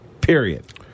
period